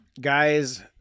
guys